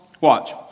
Watch